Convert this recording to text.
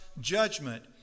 judgment